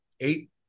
eight